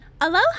Aloha